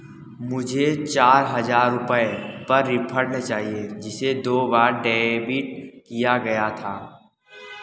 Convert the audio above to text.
मुझे चार हजार रुपये पर रिफ़ंड चाहिए जिसे दो बार डेबिट किया गया था